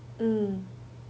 mm